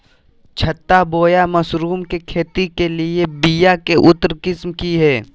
छत्ता बोया मशरूम के खेती के लिए बिया के उन्नत किस्म की हैं?